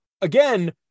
again